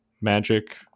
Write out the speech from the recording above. magic